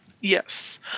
Yes